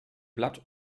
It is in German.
blatt